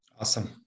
awesome